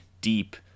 deep